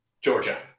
Georgia